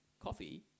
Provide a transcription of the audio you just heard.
coffee